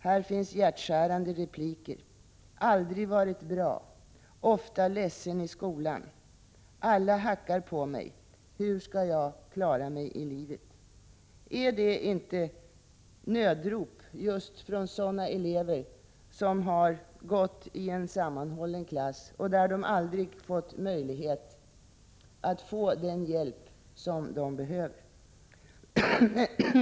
Här finns hjärtskärande repliker: ”Aldrig varit bra.” "Ofta ledsen i skolan.” ”Alla hackar på mig.” ”Hur skall jag klara mig i livet?” ” Är inte detta ett nödrop från just sådana elever som har gått i en sammanhållen klass där de aldrig har fått möjlighet att få den hjälp som de behöver?